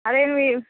అదే మీ